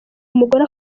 umugore